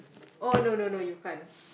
oh no no no you can't